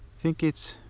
think it